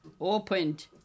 opened